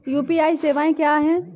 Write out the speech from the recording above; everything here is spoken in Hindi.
यू.पी.आई सवायें क्या हैं?